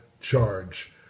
charge